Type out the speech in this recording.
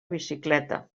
bicicleta